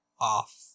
off